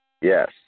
Yes